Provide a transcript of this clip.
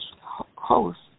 host